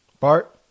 Bart